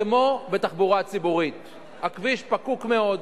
כמו בתחבורה ציבורית, הכביש פקוק מאוד,